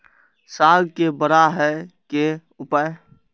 साग के बड़ा है के उपाय?